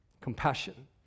Compassion